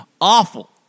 awful